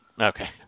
Okay